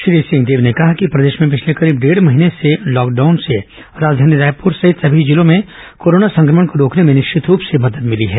श्री सिंहदेव ने कहा कि प्रदेश में पिछले करीब डेढ़ महीने के लॉकडाउन से राजधानी रायपुर सहित सभी जिलों में कोरोना संक्रमण को रोकने में निश्चित रूप से मदद मिली है